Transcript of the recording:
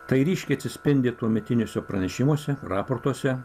tai ryškiai atsispindi tuometiniuose pranešimuose raportuose